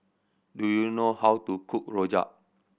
do you know how to cook rojak